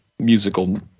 musical